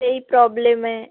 तेही प्रॉब्लेम आहे